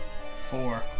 Four